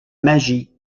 magie